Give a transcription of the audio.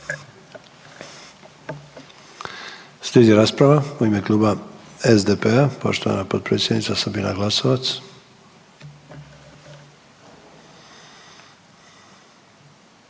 Slijedi rasprava u ime kluba SDP-a, poštovana potpredsjednica Sabina Glasovac.